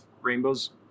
rainbows